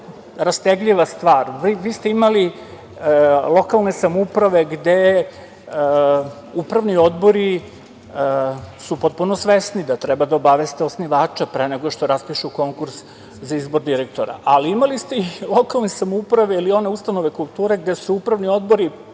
rastegljiva stvar. Vi ste imali lokalne samouprave gde su upravni odbori potpuno svesni da treba da obaveste osnivača pre nego što raspišu konkurs za izbor direktora. Ali, imali ste i lokalne samouprave ili one ustanove kulture gde su se upravni odbori